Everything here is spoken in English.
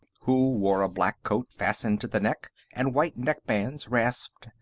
who wore a black coat fastened to the neck, and white neck-bands, rasped.